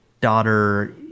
daughter